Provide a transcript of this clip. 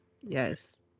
Yes